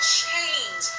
chains